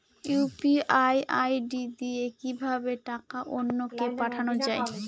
UPI ID দিয়ে কিভাবে টাকা অন্য কে পাঠানো যায়?